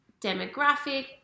demographic